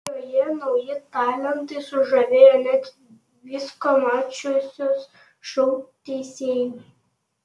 joje nauji talentai sužavėję net visko mačiusius šou teisėjus